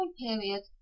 period